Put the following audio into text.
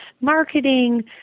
marketing